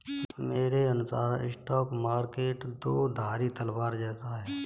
मेरे अनुसार stock market दो धारी तलवार जैसा है